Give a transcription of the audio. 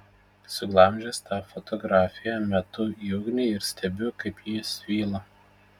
suglamžęs tą fotografiją metu į ugnį ir stebiu kaip ji svyla